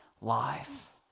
life